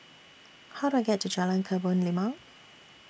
How Do I get to Jalan Kebun Limau